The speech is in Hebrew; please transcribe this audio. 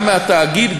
גם מהתאגיד,